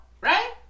right